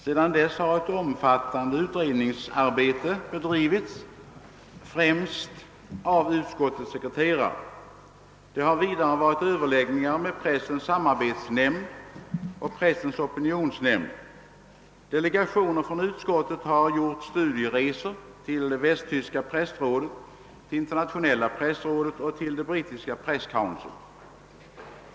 Sedan dess har ett omfattande utredningsarbete bedrivits, främst av utskottets sekreterare. Det har vidare förekommit överläggningar med Pressens samarbetsnämnd och Pressens opinionsnämnd. Delegationer från utskottet har också gjort studieresor till Västtyska pressrådet, till Internationella pressrådet och till det brittiska Press Council.